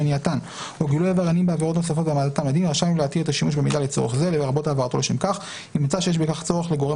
כל אחת מהעבירות המפורטות בתקנה 7. גורם מוסמך 2. גורם